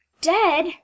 Dead